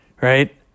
right